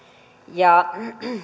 ja